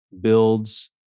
builds